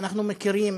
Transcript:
אנחנו מכירים